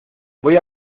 voy